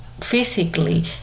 physically